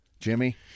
Jimmy